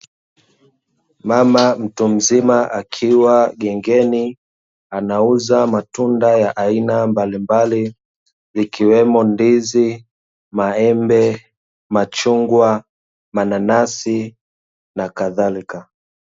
Mama mtu mzima akiwa gengeni. Anauza matunda ya aina mbalimbali, ikiwemo: ndizi, maembe, machungwa, mananasi na kadhalika